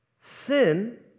Sin